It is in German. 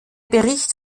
bericht